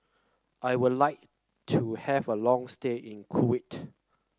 I would like to have a long stay in Kuwait